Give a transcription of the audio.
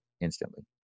instantly